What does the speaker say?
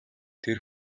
тэр